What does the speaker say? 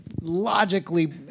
logically